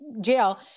jail